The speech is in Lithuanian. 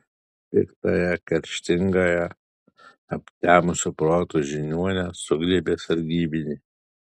piktąją kerštingąją aptemusiu protu žiniuonę sugriebė sargybiniai